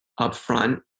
upfront